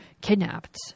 kidnapped